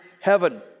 heaven